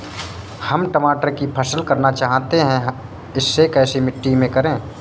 हम टमाटर की फसल करना चाहते हैं इसे कैसी मिट्टी में करें?